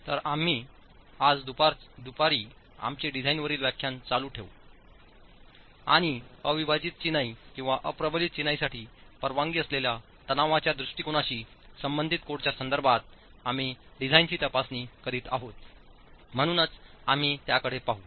तर आम्ही आज दुपारी आमचे डिझाइनवरील व्याख्यान चालू ठेवू आणि अविभाजित चिनाईकिंवा अप्रबलित चिनाईसाठी परवानगी असलेल्या तणावाच्या दृष्टिकोनाशी संबंधित कोडच्या संदर्भात आम्ही डिझाइनची तपासणी करीत आहोत म्हणूनच आम्ही त्याकडे पाहू